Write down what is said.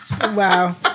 Wow